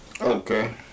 Okay